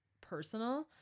personal